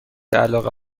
علاقه